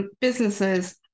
businesses